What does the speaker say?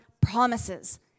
promises